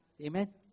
Amen